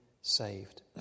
saved